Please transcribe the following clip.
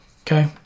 okay